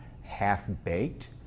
half-baked